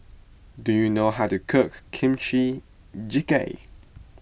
do you know how to cook Kimchi Jjigae